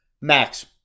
Max